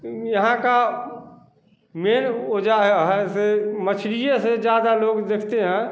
यहाँ की मेन वजह है ऐसे मछरिए से ज़्यादा लोग देखते हैं